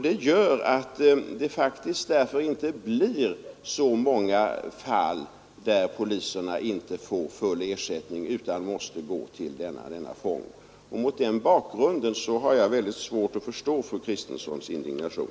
Det gör att det faktiskt inte blir så många fall där poliserna inte får full ersättning utan måste gå till denna fond. Mot den bakgrunden har jag mycket svårt att förstå fru Kristenssons indignation.